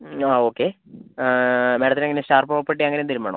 മ് ആ ഓക്കെ മാഡത്തിന് എങ്ങനെയാണ് സ്റ്റാർ പ്രോപ്പർട്ടി അങ്ങനെ എന്തെങ്കിലും വേണോ